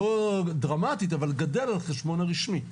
לא דרמטית, אבל גדל על חשבון הרשמי,